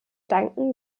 danken